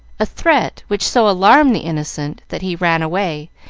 a threat which so alarmed the innocent that he ran away,